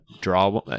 draw